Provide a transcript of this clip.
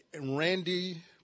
Randy